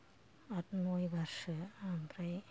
आथ नयबारसो ओमफ्राय